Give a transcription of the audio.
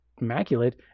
immaculate